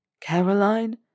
Caroline